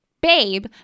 Babe